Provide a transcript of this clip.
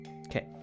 okay